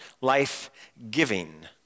life-giving